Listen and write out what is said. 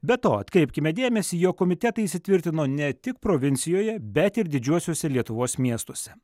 be to atkreipkime dėmesį jog komitetai įsitvirtino ne tik provincijoje bet ir didžiuosiuose lietuvos miestuose